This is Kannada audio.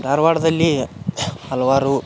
ಧಾರ್ವಾಡದಲ್ಲಿ ಹಲವಾರು